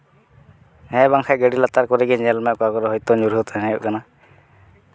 ᱦᱮᱸ ᱵᱟᱝᱠᱷᱟᱡ ᱜᱟᱹᱰᱤ ᱞᱟᱛᱟᱨ ᱠᱚᱨᱮᱜᱮ ᱧᱮᱞᱢᱮ ᱚᱠᱟ ᱠᱚᱨᱮ ᱦᱚᱭᱛᱳ ᱧᱩᱨᱦᱩ ᱛᱟᱦᱮᱸ ᱠᱟᱱᱟ